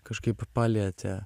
kažkaip palietė